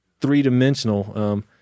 three-dimensional